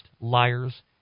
liars